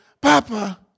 Papa